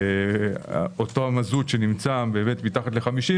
אותו מזוט שנמצא מתחת ל-50,